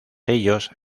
ellos